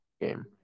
game